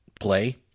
play